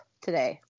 today